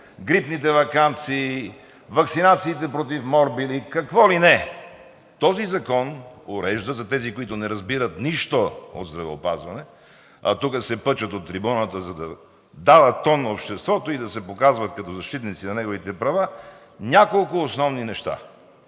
грипните ваканции, ваксинациите против морбили, какво ли не. Този закон урежда за тези, които не разбират нищо от здравеопазване, а тук се пъчат от трибуната, за да дават тон на обществото и да се показват като защитници на неговите права, няколко основни неща